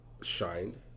shined